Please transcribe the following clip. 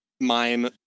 mime